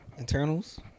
Internals